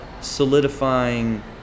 solidifying